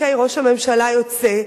ראש הממשלה יוצא,